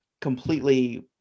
completely